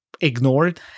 ignored